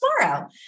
tomorrow